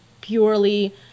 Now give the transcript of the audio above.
purely